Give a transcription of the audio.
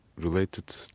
related